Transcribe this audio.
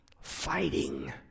fighting